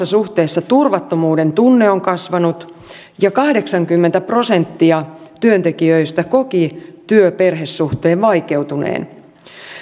samassa suhteessa turvattomuudentunne on kasvanut ja kahdeksankymmentä prosenttia työntekijöistä koki työ perhe suhteen vaikeutuneen